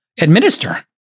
administer